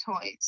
toys